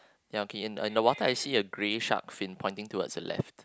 ya okay and in the water I see a grey shark fin pointing towards the left